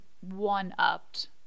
one-upped